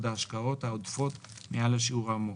ההשקעות העודפות מעל השיעור האמור,